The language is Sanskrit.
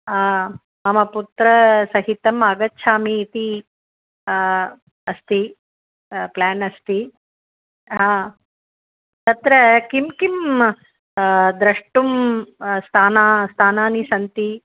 आं मम पुत्रसहितम् आगच्छामि इति अस्ति प्लेन् अस्ति हा तत्र किं किं द्रष्टुं स्थान स्थानानि सन्ति